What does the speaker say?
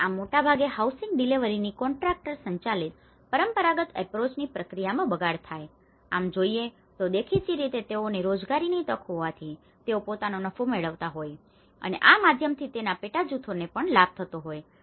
અને આમ મોટાભાગે હાઉસિંગ ડિલિવરીની કોન્ટ્રાકટર સંચાલિત પરંપરાગત અપ્રોચની પ્રક્રિયામાં બગાડ થાય છે આમ જોઈએ તો દેખીતી રીતે તેઓને રોજગારીની તક હોવાથી તેઓ પોતાનો નફો મેળવતા હોય છે અને આ માધ્યમથી તેના પેટાજૂથોને પણ લાભ થતો હોય છે